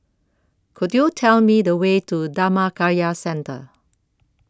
Could YOU Tell Me The Way to Dhammakaya Centre